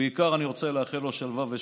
בעיקר אני רוצה לאחל לו שלווה ושקט,